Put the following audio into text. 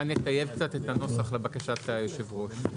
כאן נטייב קצת את הנוסח לבקשת היושב ראש.